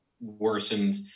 worsened